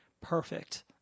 perfect